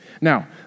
Now